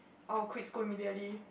I would quit school immediately